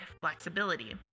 flexibility